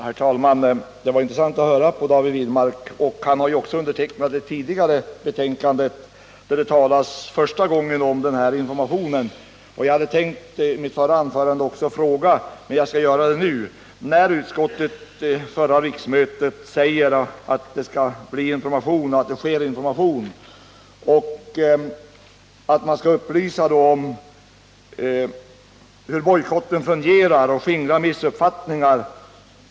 Herr talman! Det var intressant att höra på David Wirmark. Han har också undertecknat ett tidigare betänkande där det första gången talas om den här informationen. Jag hade tänkt ställa en fråga i mitt förra anförande. Utskottet anförde under förra riksmötet att det sker och skall ske information om hur bojkotten fungerar, och att man skall söka skingra missuppfattningar.